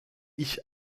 ich